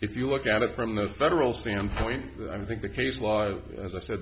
if you look at it from the federal standpoint i think the case why as i said